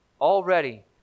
already